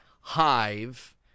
Hive